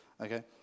Okay